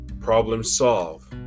problem-solve